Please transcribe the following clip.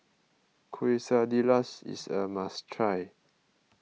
Quesadillas is a must try